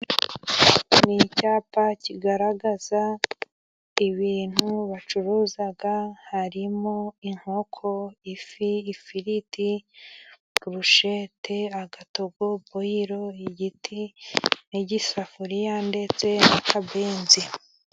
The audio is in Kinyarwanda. Iki ni icyapa kigaragaza ibintu bacuruza harimo: inkoko, ifi, ifiriti, burushete, agatogo, boyiro, igiti, n'igisafuriya, ndetse n'akabenzi.